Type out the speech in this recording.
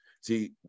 See